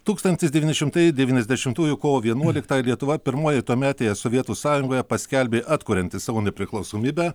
tūkstantis devyni šimtai devyniasdešimtųjų kovo vienuoliktą lietuva pirmoji tuometėje sovietų sąjungoje paskelbė atkurianti savo nepriklausomybę